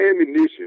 ammunition